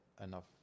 enough